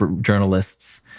Journalists